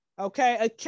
Okay